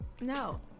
No